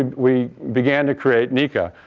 we began to create nika,